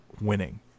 winning